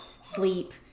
sleep